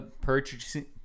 purchasing